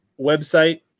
website